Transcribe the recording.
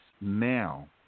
now